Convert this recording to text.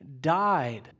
died